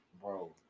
Bro